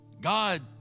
God